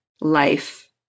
life